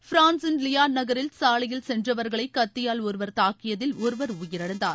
பிரான்ஸின் Lyon நகரில் சாலையில் சென்றவர்களை கத்தியால் ஒருவர் தாக்கியதில் ஒருவர் உயிரிழந்தார்